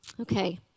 Okay